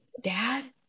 Dad